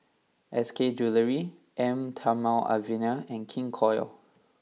S K Jewellery Eau Thermale Avene and King Koil